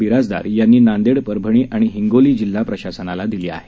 बीराजदार यांनी नांदेड परभणी आणि हिंगोली जिल्हा प्रशासनाला दिली आहे